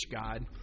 God